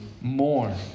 more